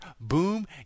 boom